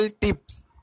tips